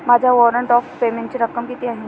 माझ्या warrant of पेमेंटची रक्कम किती आहे?